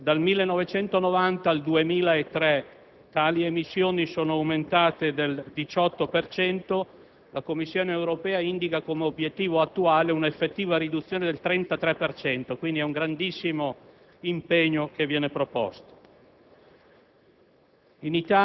poiché dal 1990 al 2003 tali emissioni sono aumentate del 18 per cento, la Commissione europea indica come obiettivo attuale un'effettiva riduzione del 33 per cento. Quindi, è un grandissimo impegno che viene proposto.